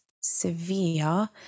severe